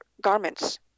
garments